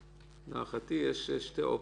להערכתי יש שתי אופציות: